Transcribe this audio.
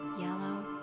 yellow